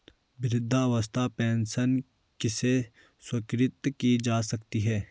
वृद्धावस्था पेंशन किसे स्वीकृत की जा सकती है?